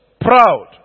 proud